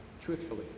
truthfully